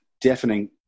deafening